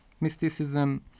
mysticism